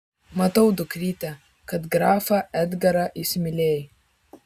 matau dukryte kad grafą edgarą įsimylėjai